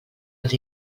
els